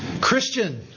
Christian